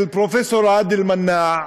של פרופסור עאדל מנאע,